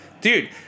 Dude